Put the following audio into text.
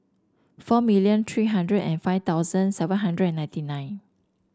four million three hundred and five thousand seven hundred ninety nine